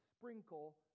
sprinkle